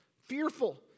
Fearful